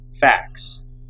Facts